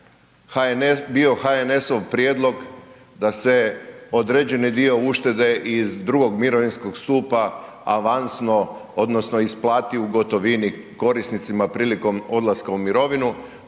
bio HNS-ov prijedlog da se određeni dio uštede iz II. mirovinskog stupa avansno odnosno isplati u gotovini korisnicima prilikom odlaska u mirovinu.